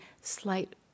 slight